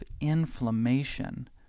inflammation